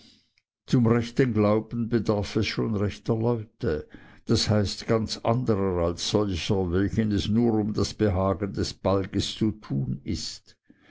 zum rechten glauben bedarf es schon rechter leute daß heißt ganz anderer als solcher welchen es nur um das behagen des balges zu tun ist